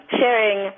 sharing